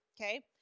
okay